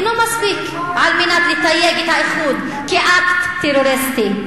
אינו מספיק על מנת לתייג את האיחוד כאקט טרוריסטי.